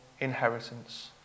inheritance